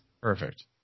Perfect